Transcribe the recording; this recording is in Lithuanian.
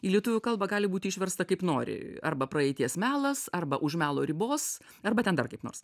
į lietuvių kalbą gali būti išversta kaip nori arba praeities melas arba už melo ribos arba ten dar kaip nors